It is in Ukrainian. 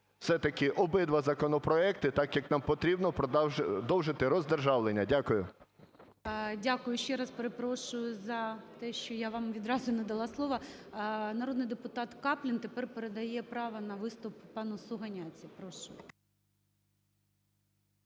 все-таки обидва законопроекти, так як нам потрібно продовжити роздержавлення. Дякую. ГОЛОВУЮЧИЙ. Дякую. Ще раз перепрошую за те, що я вам відразу не дала слово. Народний депутат Каплін тепер передає право на виступ пану Сугоняці, прошу.